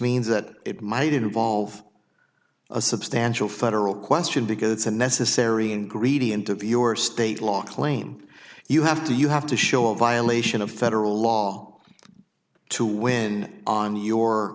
means that it might involve a substantial federal question because it's a necessary ingredient of your state law claim you have to you have to show a violation of federal law to win on your